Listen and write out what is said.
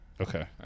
Okay